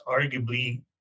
arguably